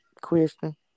question